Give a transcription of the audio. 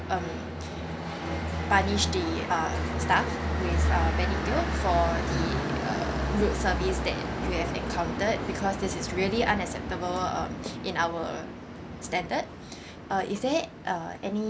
um punish the uh staff this benny teo for the uh rude service that you have encountered because this is really unacceptable uh in our standard uh is there uh any